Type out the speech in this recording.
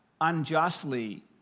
unjustly